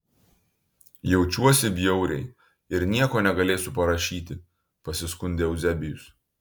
jaučiuosi bjauriai ir nieko negalėsiu parašyti pasiskundė euzebijus